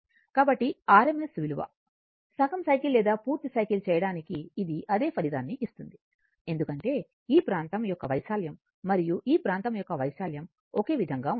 కాబట్టి RMS విలువ సగం సైకిల్ లేదా పూర్తి సైకిల్ చేయడానికి ఇది అదే ఫలితాన్ని ఇస్తుంది ఎందుకంటే ఈ ప్రాంతం యొక్క వైశాల్యం మరియు ఈ ప్రాంతం యొక్క వైశాల్యం ఒకే విధంగా ఉంటుంది